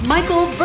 Michael